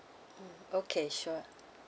mm okay sure